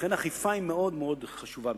לכן, אכיפה היא מאוד מאוד חשובה.